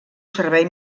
servei